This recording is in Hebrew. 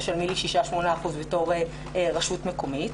תשלמי לי 6%-8% בתור רשות מקומית.